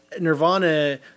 Nirvana